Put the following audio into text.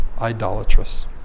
idolatrous